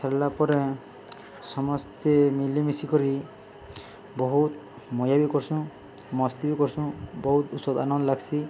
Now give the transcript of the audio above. ସରିଲା ପରେ ସମସ୍ତେ ମିଲିମିଶିିକରି ବହୁତ୍ ମଜା ବି କରସୁଁ ମସ୍ତି ବି କରସୁଁ ବହୁତ୍ ଉଷଧ୍ ଆନନ୍ଦ୍ ଲାଗ୍ସି